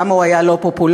כמה הוא היה לא פופולרי,